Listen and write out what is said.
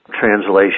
translation